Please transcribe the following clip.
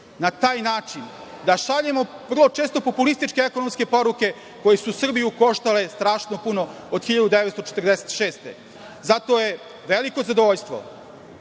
na taj način, da šaljemo vrlo često populističke ekonomske poruke koje su Srbiju koštale strašno puno od 1946. Zato je veliko zadovoljstvo